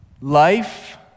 Life